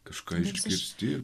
kažką išgirsti